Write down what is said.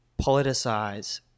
politicize